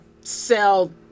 sell